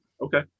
Okay